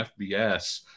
FBS